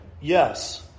Yes